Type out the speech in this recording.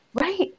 Right